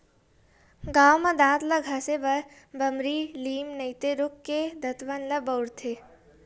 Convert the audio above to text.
गाँव म दांत ल घसे बर बमरी, लीम नइते रूख के दतवन ल बउरथे